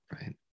right